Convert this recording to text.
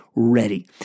Ready